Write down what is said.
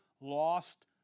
lost